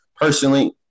personally